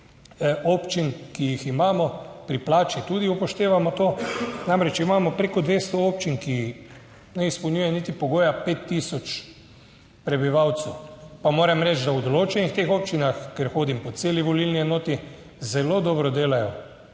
občin, ki jih imamo pri plači, tudi upoštevamo to, namreč imamo preko 200 občin, ki ne izpolnjuje niti pogoja 5 tisoč prebivalcev, pa moram reči, da v določenih teh občinah, ker hodim po celi volilni enoti, zelo dobro delajo,